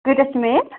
کۭتیٛاہ چھِ میٚل